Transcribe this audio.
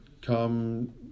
Come